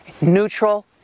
neutral